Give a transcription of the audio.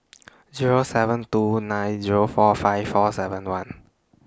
Zero seven two nine Zero four five four seven one